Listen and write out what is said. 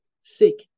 sick